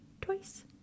Twice